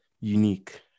unique